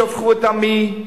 שפכו את דמי,